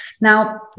Now